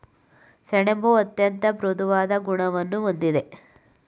ಸೆಣಬು ಅತ್ಯಂತ ಮೃದುವಾದ ಗುಣವನ್ನು ಹೊಂದಿದೆ